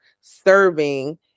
serving